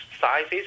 sizes